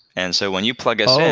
and so when you plug us in,